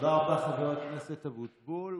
תודה רבה, חבר הכנסת אבוטבול.